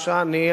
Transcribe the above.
העני,